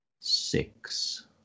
Six